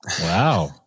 Wow